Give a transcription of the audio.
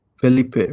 Felipe